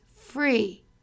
free